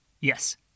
Yes